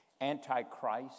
antichrist